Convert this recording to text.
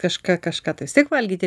kažką kažką tai vis tiek valgyti